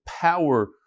power